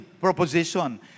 proposition